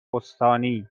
استانی